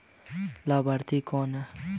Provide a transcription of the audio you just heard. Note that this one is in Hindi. लाभार्थी कौन है?